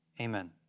Amen